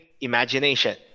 imagination